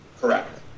Correct